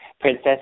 Princess